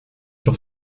sur